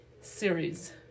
series